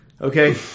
Okay